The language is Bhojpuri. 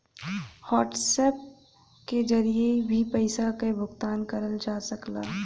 व्हाट्सएप के जरिए भी पइसा क भुगतान करल जा सकला